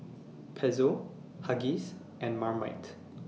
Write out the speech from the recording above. Pezzo Huggies and Marmite